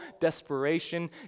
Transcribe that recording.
desperation